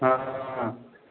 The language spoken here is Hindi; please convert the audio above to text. हाँ